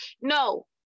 No